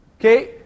Okay